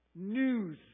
News